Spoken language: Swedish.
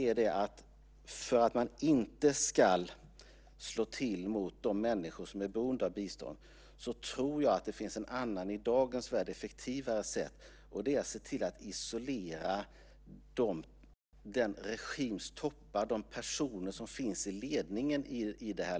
För att man inte ska slå till mot de människor som är beroende av bistånd så tror jag att det finns ett annat sätt, som är effektivare i dagens värld. Det är att se till att isolera regimens toppar - de personer som finns i ledningen i landet.